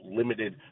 limited